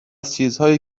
چیزهایی